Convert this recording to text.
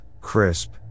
crisp